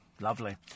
lovely